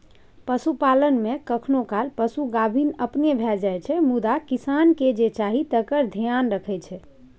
पशुपालन मे कखनो काल पशु गाभिन अपने भए जाइ छै मुदा किसानकेँ जे चाही तकर धेआन रखै छै